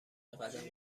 قدم